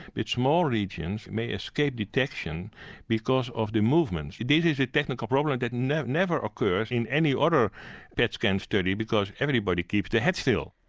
but small regions may escape detections because of the movement. this is a technical problem that never never occurs in any other pet scan study because everybody keeps head still.